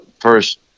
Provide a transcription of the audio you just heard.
first